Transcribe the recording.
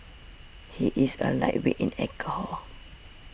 he is a lightweight in alcohol